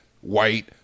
white